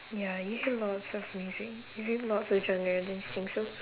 ya you hear lots of music you know lots of genre in these things